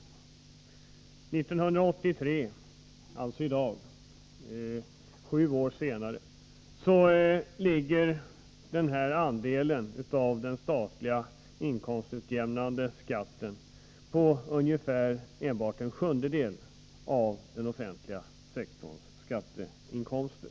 År 1983 — dvs. i år, sju år senare — ligger den här andelen av den statliga inkomstutjämnande skatten på ca en sjundedel av den offentliga sektorns skatteinkomster.